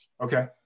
Okay